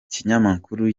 kinyamakuru